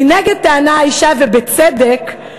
מנגד טענה האישה, ובצדק,